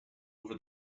over